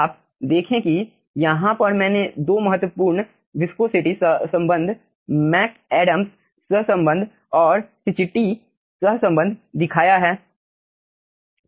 आप देखें कि यहाँ पर मैंने 2 महत्वपूर्ण विस्कोसिटी सहसंबंध मैकएडम्स सहसंबंध और सिचिट्टी सहसंबंध दिखाया है